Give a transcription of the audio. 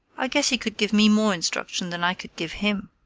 i guess he could give me more instruction than i could give him.